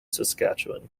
saskatchewan